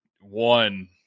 one